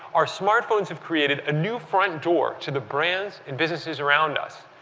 our smartphones have created a new front door to the brands and businesses around us,